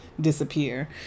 disappear